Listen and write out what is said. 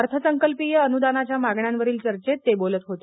अर्थसंकल्पीय अनुदानाच्या मागण्यांवरील चर्चॅत ते बोलत होते